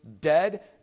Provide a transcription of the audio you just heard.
dead